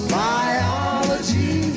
biology